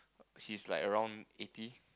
he's like around eighty